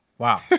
Wow